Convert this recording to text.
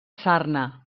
sarna